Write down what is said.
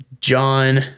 John